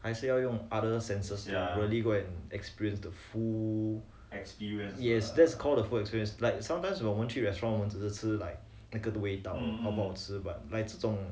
还是要用 other senses to really go and experience the full yes that's called a full experience like sometimes 我们去 restaurants 我们只是吃 like 那个的味道好不好吃 but like 这种